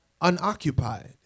unoccupied